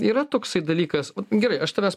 yra toksai dalykas gerai aš tavęs